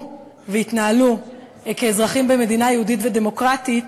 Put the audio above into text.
ויתנהלו כאזרחים במדינה יהודית ודמוקרטית,